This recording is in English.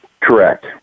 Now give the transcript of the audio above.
Correct